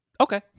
Okay